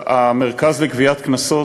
המרכז לגביית קנסות,